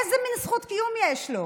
איזו זכות קיום יש לו?